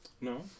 No